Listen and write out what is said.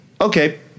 Okay